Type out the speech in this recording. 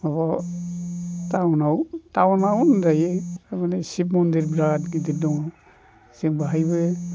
माबा टाउनाव टाउनाव होनजायो थारमाने शिब मन्दिर बिराद गिदिर दं जों बाहायबो